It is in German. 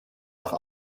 nach